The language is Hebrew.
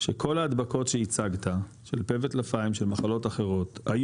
שכל ההדבקות שהצגת של פה וטלפיים של מחלות אחרות,